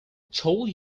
told